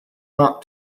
mark